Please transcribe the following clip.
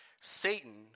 Satan